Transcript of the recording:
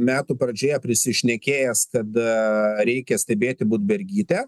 metų pradžioje prisišnekėjęs kad reikia stebėti budbergytę